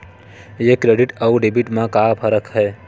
ये क्रेडिट आऊ डेबिट मा का फरक है?